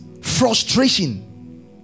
Frustration